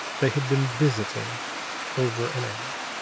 they had been visiting over an hour.